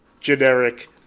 generic